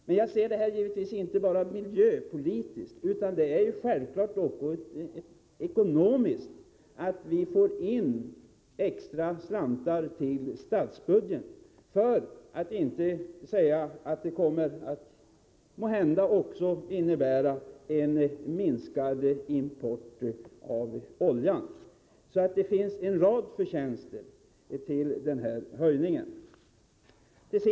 Men jag ser givetvis bensinskattehöjningen inte bara miljöpolitiskt utan också ekonomiskt, med tanke på de extra slantar till statsbudgeten som vi får in. Det kommer måhända också att bli en minskad import av olja. Det finns alltså en rad förtjänster med bensinskattehöjningen.